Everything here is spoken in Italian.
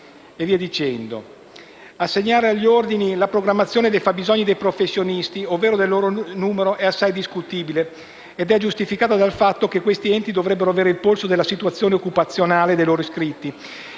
di iscrizione. Assegnare agli ordini la programmazione dei fabbisogni di professionisti, ovvero del loro numero è assai discutibile ed è giustificata dal fatto che questi enti dovrebbero avere il polso della situazione occupazionale dei loro iscritti.